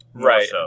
Right